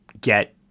get